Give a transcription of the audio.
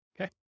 Okay